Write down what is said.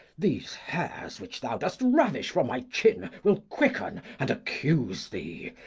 these hairs which thou dost ravish from my chin will quicken, and accuse thee.